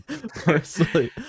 personally